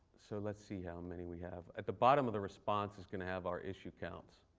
so let's see how many we have. at the bottom of the response is going to have our issue counts.